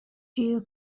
two